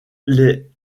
les